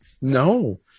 No